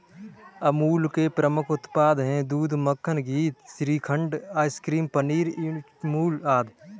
अमूल के प्रमुख उत्पाद हैं दूध, मक्खन, घी, श्रीखंड, आइसक्रीम, पनीर, न्यूट्रामुल आदि